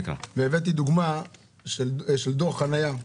הבאתי דוגמה מדוח חניה.